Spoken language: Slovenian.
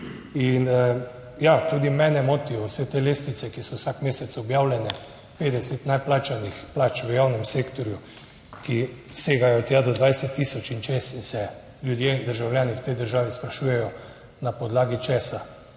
In ja, tudi mene motijo vse te lestvice, ki so vsak mesec objavljene, 50 najplačanih plač v javnem sektorju, ki segajo tja do 20 tisoč in česa se ljudje, državljani v tej državi sprašujejo na podlagi česa